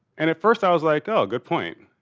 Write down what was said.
and at first i was like, oh, good point.